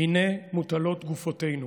הינה מוטלות גופותינו